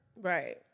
Right